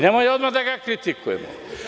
Nemoj odmah da ga kritikujemo.